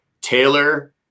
Taylor